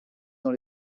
dans